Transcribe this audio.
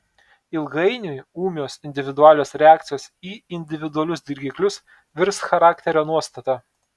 ilgainiui ūmios individualios reakcijos į individualius dirgiklius virs charakterio nuostata